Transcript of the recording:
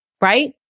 right